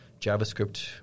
JavaScript